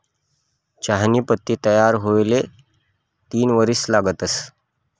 चहानी पत्ती तयार हुवाले तीन वरीस लागतंस